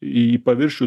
į paviršių